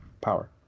power